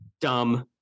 dumb